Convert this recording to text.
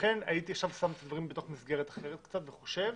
לכן הייתי שם דברים בתוך מסגרת אחרת קצת וחושב.